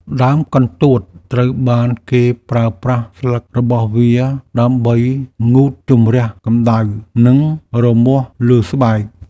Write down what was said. ដើមកន្ទួតត្រូវបានគេប្រើប្រាស់ស្លឹករបស់វាដើម្បីងូតជម្រះកម្តៅ និងរមាស់លើស្បែក។